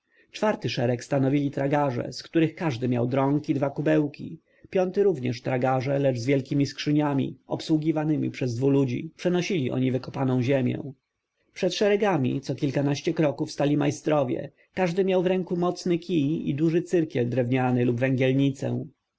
czwarty szereg stanowili tragarze z których każdy miał drąg i dwa kubełki piąty również tragarze lecz z wielkiemi skrzyniami obsługiwanemi przez dwu ludzi przenosili oni wykopaną ziemię przed szeregami co kilkanaście kroków stali majstrowie każdy miał w ręku mocny kij i duży cyrkiel drewniany lub węgielnicę